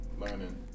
learning